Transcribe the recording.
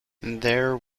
there